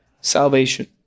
salvation